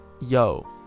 yo